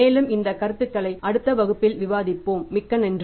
மேலும் இந்த கருத்துக்களை அடுத்த வகுப்பில் விவாதிப்போம் மிக்க நன்றி